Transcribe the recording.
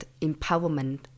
empowerment